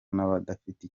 n’abadafite